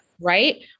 Right